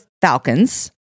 Falcons